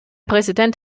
präsident